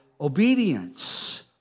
obedience